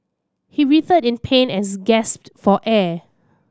he writhed in pain as gasped for air